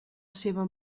seva